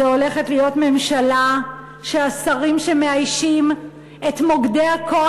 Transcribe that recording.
זו הולכת להיות ממשלה שהשרים שמאיישים את מוקדי הכוח